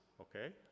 okay